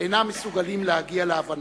אינם מסוגלים להגיע להבנה,